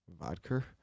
Vodka